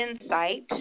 insight